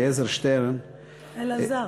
ואליעזר שטרן, אלעזר.